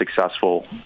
successful